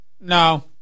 No